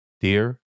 Dear